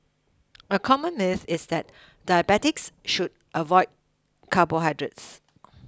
a common myth is that diabetics should avoid carbohydrates